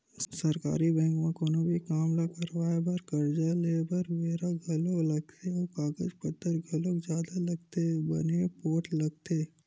सरकारी बेंक म कोनो भी काम ल करवाय बर, करजा लेय बर बेरा घलोक लगथे अउ कागज पतर घलोक जादा लगथे बने पोठ लगथे